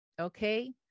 okay